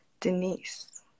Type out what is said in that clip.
Denise